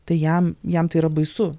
tai jam jam tai yra baisu